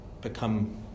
become